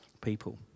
people